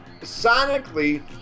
sonically